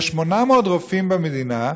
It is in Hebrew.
יש 800 רופאים במדינה,